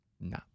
No